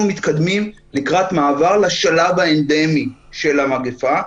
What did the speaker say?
מתקדמים לקראת מעבר לשלב האנדמי של המגפה,